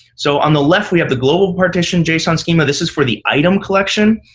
so on the left we have the global partition json schema. this is for the item collection.